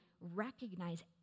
recognize